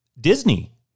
Disney